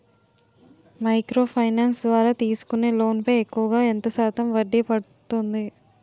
Micro finance ద్వారా తీసుకునే loan పై ఎక్కువుగా ఎంత శాతం వడ్డీ పడుతుంది?